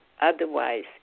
Otherwise